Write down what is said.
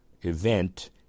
event